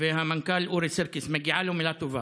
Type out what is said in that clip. ולמנכ"ל אורי סירקיס, מגיעה לו מילה טובה.